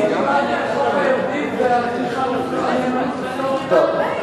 אני התכוונתי לחוק היורדים והנאמנות לפלורידה.